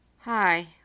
Hi